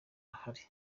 hari